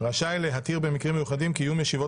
רשאי להתיר במקרים מיוחדים קיום ישיבות